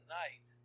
night